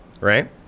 right